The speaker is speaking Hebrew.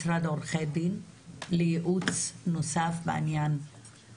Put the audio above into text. משרד עו"ד לייעוץ נוסף בעניין הפרשייה הזו?